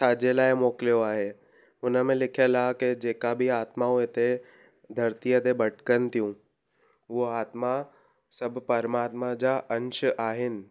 छाजे लाइ मोकिलियो आहे उन में लिखियलु आहे की जेका बि आत्माऊं हिते धरतीअ ते भटिकनि थियूं उहा आत्मा सभु परमात्मा जा अंश आहिनि